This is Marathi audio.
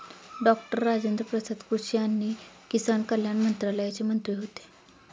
डॉक्टर राजेन्द्र प्रसाद कृषी आणि किसान कल्याण मंत्रालयाचे मंत्री होते